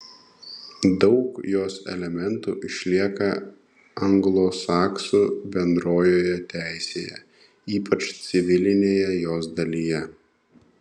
daug jos elementų išlieka anglosaksų bendrojoje teisėje ypač civilinėje jos dalyje